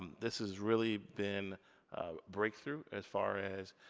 this has really been a break through as far as,